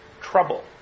trouble